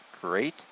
great